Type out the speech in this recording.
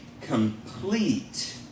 complete